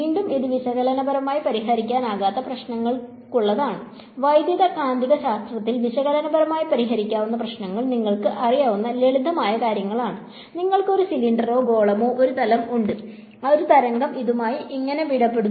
വീണ്ടും ഇത് വിശകലനപരമായി പരിഹരിക്കാനാകാത്ത പ്രശ്നങ്ങൾക്കുള്ളതാണ് വൈദ്യുതകാന്തികശാസ്ത്രത്തിൽ വിശകലനപരമായി പരിഹരിക്കാനാകുന്ന പ്രശ്നങ്ങൾ നിങ്ങൾക്ക് അറിയാവുന്ന ലളിതമായ കാര്യങ്ങളാണ് നിങ്ങൾക്ക് ഒരു സിലിണ്ടറോ ഗോളമോ ഒരു തലം ഉണ്ടോ ഒരു തരംഗം ഇതുമായി എങ്ങനെ ഇടപെടുന്നു